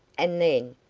and then,